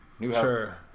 Sure